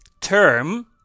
term